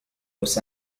los